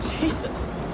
Jesus